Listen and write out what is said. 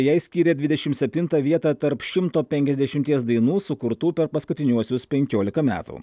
jai skyrė dvidešimt septintą vietą tarp šimto penkiasdešimt dainų sukurtų per paskutiniuosius penkiolika metų